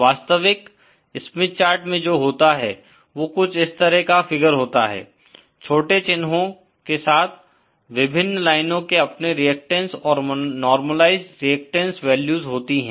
एक वास्तविक Smith chart में जो होता है वो कुछ इस तरह का फिगर होता है छोटे चिन्हो के साथ विभिन्न लाइनों के अपने रेअक्टैंस और नोर्मालाइज़्ड रेअक्टैंस वैल्यूज होती हैं